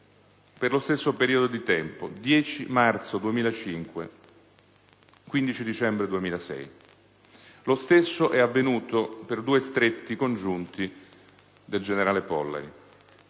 per lo stesso periodo di tempo: 10 marzo 2005 - 15 dicembre 2006. Lo stesso è avvenuto per due stretti congiunti del generale Pollari.